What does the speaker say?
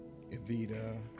Evita